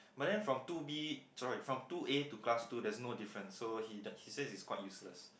but then from two B sorry from two A to class two there's no difference so he that he says it's quite useless